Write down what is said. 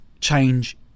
change